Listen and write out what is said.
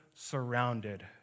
Surrounded